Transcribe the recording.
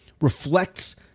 reflects